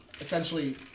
essentially